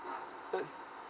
uh